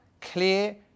clear